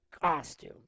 costume